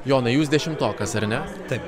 jonai jūs dešimtokas ar ne taip